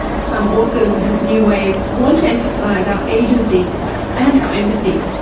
some authors of this new wave want to emphasise our agency and our empathy.